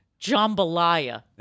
jambalaya